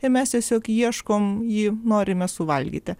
ir mes tiesiog ieškom jį norime suvalgyti